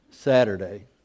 Saturday